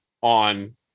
on